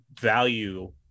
value